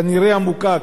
כנראה עמוקה,